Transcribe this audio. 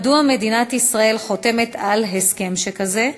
3. מדוע מדינת ישראל חותמת על הסכם כזה?